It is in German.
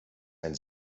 ein